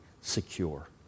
secure